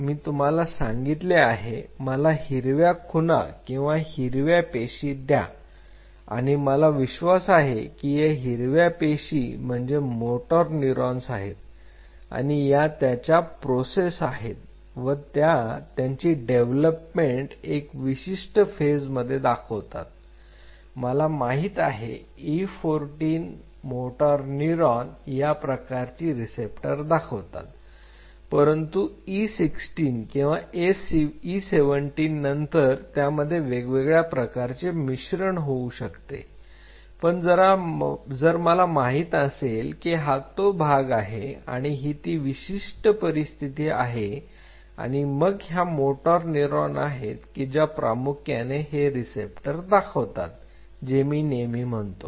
मी तुम्हाला सांगितले आहे मला हिरव्या खुणा किंवा हिरव्या पेशी द्या आणि मला विश्वास आहे ही या हिरव्या पेशी म्हणजे मोटार न्यूरॉन्स आहेत आणि ह्या त्याच्या प्रोसेस आहेत व त्या त्यांची डेव्हलपमेंट एका विशिष्ट फेजमध्ये दाखवतात मला माहित आहे E14 मोटार न्यूरॉन या प्रकारची रिसेप्टर दाखवतात परंतु E16 किंवा E17 नंतर त्यामध्ये वेगवेगळ्या प्रकारचे मिश्रण होऊ शकते परंतु जर मला माहित असेल की हा तो भाग आहे आणि ही ती विशिष्ट परिस्थिती आहे आणि मग ह्या मोटर न्यूरॉन आहेत की ज्या प्रामुख्याने हे रिसेप्टर दाखवतात जे मी नेहमी म्हणतो